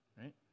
right